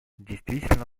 действительно